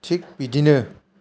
थिक बिदिनो